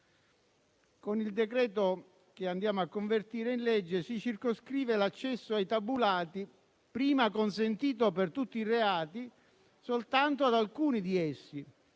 Con il decreto che andiamo a convertire in legge si circoscrive l'accesso ai tabulati, prima consentito per tutti i reati, soltanto ad alcuni di essi